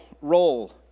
role